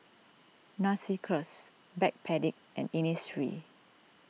Narcissus Backpedic and Innisfree